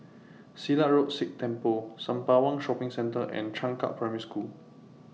Silat Road Sikh Temple Sembawang Shopping Centre and Changkat Primary School